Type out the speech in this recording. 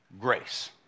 grace